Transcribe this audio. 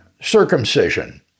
circumcision